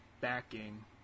backing